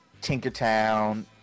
Tinkertown